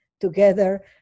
together